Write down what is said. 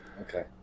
Okay